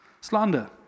Slander